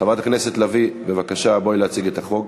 חברת הכנסת לביא, בבקשה, בואי להציג את החוק.